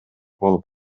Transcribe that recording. болуп